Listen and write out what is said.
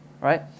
right